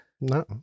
No